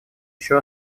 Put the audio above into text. еще